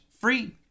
free